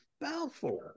balfour